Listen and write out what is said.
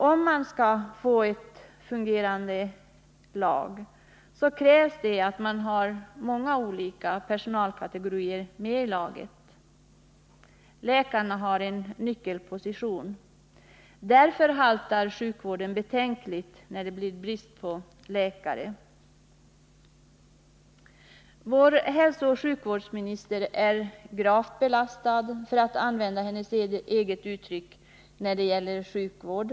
Om vi skall få ett fungerande lag, krävs det att vi har många olika personalkategorier med i laget. Läkarna har en nyckelposition. Därför haltar sjukvården betänkligt när det blir brist på läkare. Vår hälsooch sjukvårdsminister är ”gravt belastad”, för att använda hennes eget uttryck, när det gäller sjukvård.